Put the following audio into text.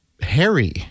Harry